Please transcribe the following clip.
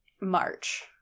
March